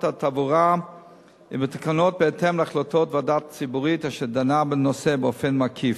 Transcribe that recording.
התעבורה ובתקנות בהתאם להחלטת ועדה ציבורית אשר דנה בנושא באופן מקיף.